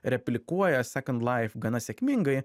replikuoja sekand laif gana sėkmingai